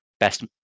best